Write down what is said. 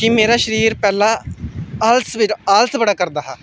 कि मेरा शरीर पैह्लें आलसे बीरा आलस बड़ा करदा हा